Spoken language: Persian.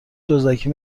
دزدکی